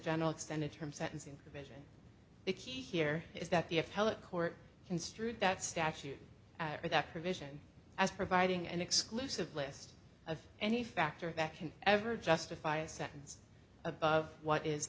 general extended term sentencing provision the key here is that the f l it court construed that statute or that provision as providing an exclusive list of any factor that can ever justify a sentence above what is